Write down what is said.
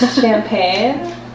champagne